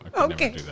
Okay